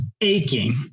aching